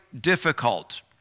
difficult